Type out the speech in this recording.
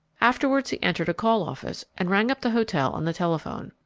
afterwards he entered a call office and rang up the hotel on the telephone.